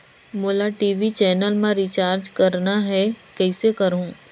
मोला TV channel मा recharge करना हे, कइसे करहुँ?